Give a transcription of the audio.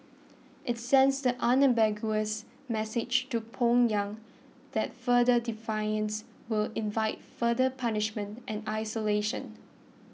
it sends the unambiguous message to Pyongyang that further defiance will invite further punishment and isolation